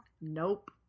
nope